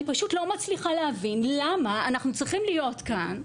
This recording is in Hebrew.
אני פשוט לא מצליחה להבין למה אנחנו צריכים להיות כאן,